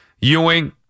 Ewing